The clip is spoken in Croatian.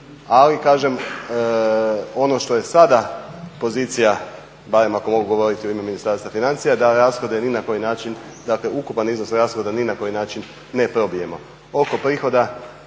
Ali kažem ono što je sada pozicija barem ako mogu u ime Ministarstva financija da rashode ni na koji način, dakle ukupan iznos rashoda ni na koji način ne probijemo. Oko prihoda